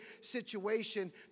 situation